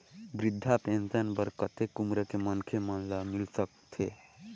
वृद्धा पेंशन बर कतेक उम्र के मनखे मन ल मिल सकथे?